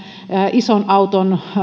ison auton